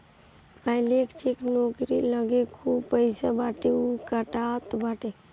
blank cheque जेकरी लगे खूब पईसा बाटे उ कटात बाटे